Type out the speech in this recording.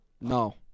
No